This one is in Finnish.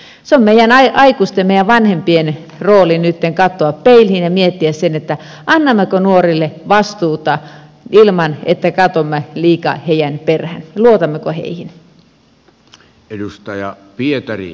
se on meidän aikuisten ja meidän vanhempien rooli nytten katsoa peiliin ja miettiä annammeko nuorille vastuuta ilman että katsomme liikaa heidän peräänsä ja luotammeko heihin